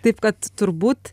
taip kad turbūt